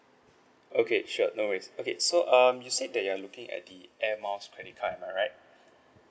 okay sure no worries okay so um you said that you are looking at the air miles credit card am I right